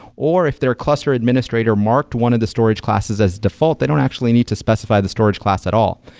or if their cluster administrator marked one of the storage classes as default, they don't actually need to specify the storage class at all.